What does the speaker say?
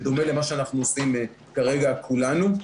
בדומה למה שאנחנו עושים כרגע כולנו.